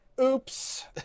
Oops